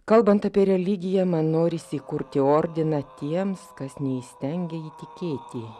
kalbant apie religiją man norisi įkurti ordiną tiems kas neįstengia įtikėti